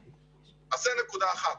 זו נקודה אחת.